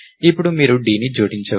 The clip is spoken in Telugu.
ఇప్పుడు మీరు dని జోడించవచ్చు